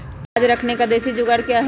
प्याज रखने का देसी जुगाड़ क्या है?